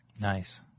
Nice